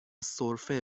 سرفه